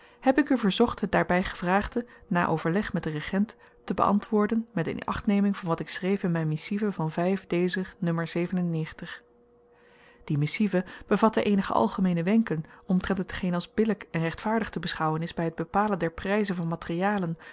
heb ik u verzocht het daarby gevraagde na overleg met den regent te beantwoorden met in achtneming van wat ik schreef in myn missive van die missive bevatte eenige algemeene wenken omtrent hetgeen als billyk en rechtvaardig te beschouwen is by t bepalen der pryzen van materialen